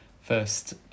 first